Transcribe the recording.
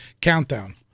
countdown